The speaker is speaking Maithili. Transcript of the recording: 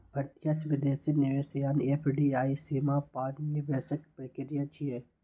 प्रत्यक्ष विदेशी निवेश यानी एफ.डी.आई सीमा पार निवेशक प्रक्रिया छियै